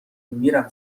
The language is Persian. میرم